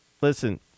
Listen